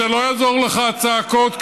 לא יעזרו לך הצעקות,